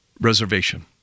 reservation